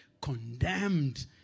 condemned